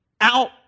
out